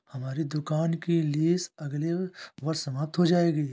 हमारी दुकान की लीस अगले वर्ष समाप्त हो जाएगी